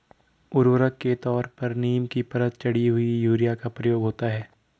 उर्वरक के तौर पर नीम की परत चढ़ी हुई यूरिया का प्रयोग होता है